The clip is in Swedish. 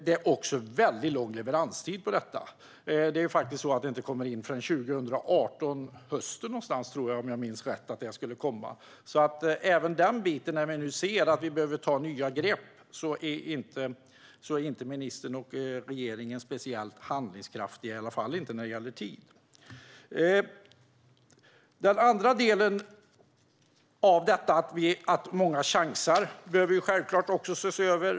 Det är också lång leveranstid, för det kommer inte att komma förrän 2018, någon gång på hösten om jag minns rätt. Inte heller i den biten, där vi nu ser att vi behöver ta nya grepp, är alltså ministern och regeringen speciellt handlingskraftiga - i alla fall inte när det gäller tid. Den andra delen av detta - att många chansar - behöver självklart också ses över.